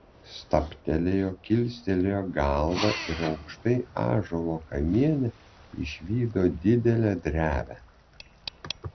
stabtelėjo kilstelėjo galvą ir aukštai ąžuolo kamiene išvydo didelę drevę